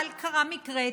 אבל קרה מקרה,